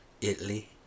Italy